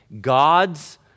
God's